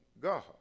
God